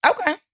Okay